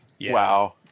wow